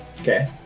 Okay